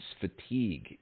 fatigue